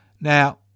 Now